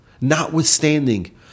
notwithstanding